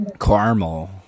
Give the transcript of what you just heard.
Caramel